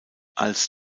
als